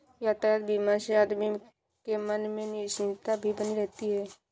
यातायात बीमा से आदमी के मन में निश्चिंतता भी बनी होती है